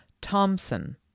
Thompson